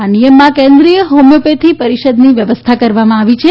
આ નિયમમાં કેન્દ્રીય હોમીયોપોથી પરિષદની વ્યવસ્થા કરવામાં આવી છે